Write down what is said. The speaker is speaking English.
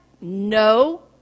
No